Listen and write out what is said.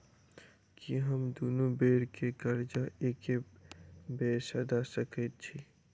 की हम दुनू बेर केँ कर्जा एके बेर सधा सकैत छी?